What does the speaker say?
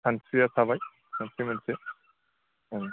सानस्रिया थाबाय सानस्रि मोनसे ओं